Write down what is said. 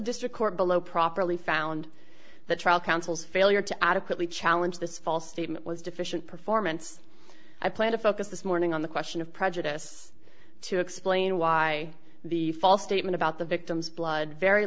district court below properly found the trial counsel's failure to adequately challenge this false statement was deficient performance i plan to focus this morning on the question of prejudice to explain why the false statement about the victim's blood very